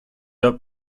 der